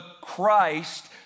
Christ